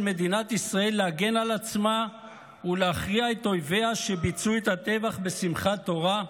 מדינת ישראל להגן על עצמה ולהכריע את אויביה שביצעו את הטבח בשמחת תורה?